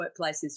workplaces